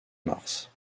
mars